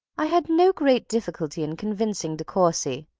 i had no great difficulty in convincing de courcy,